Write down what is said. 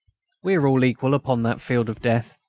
we are all equal upon that field of death,